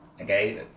Okay